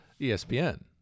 ESPN